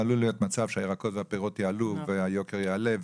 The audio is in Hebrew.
עלול להיות מצב שהירקות והפירות יעלו והיוקר יעלה,